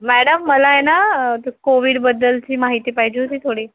madam मला आहे ना तर कोविडबद्दलची माहिती पाहिजे होती थोडी